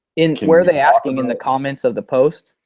in where they asking, in the comments of the post?